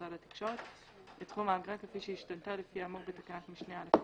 משרד התקשורת את סכום האגרה כפי שהשתנה לפי האמור בתקנות משנה (א)